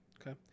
Okay